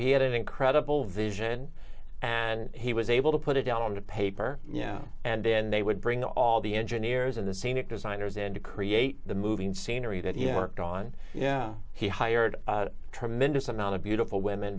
he had an incredible vision and he was able to put it down on paper yeah and then they would bring all the engineers in the scenic designers and create the moving scenery that you worked on yeah he hired a tremendous amount of beautiful women